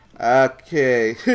Okay